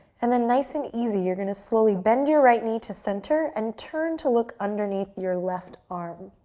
and then nice and easy, you're gonna slowly bend your right knee to center and turn to look underneath your left arm.